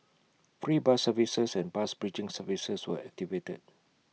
free bus services and bus bridging services were activated